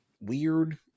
weird